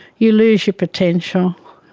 you lose your potential,